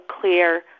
clear